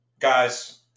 guys